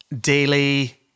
daily